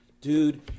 Dude